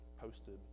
posted